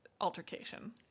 altercation